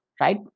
Right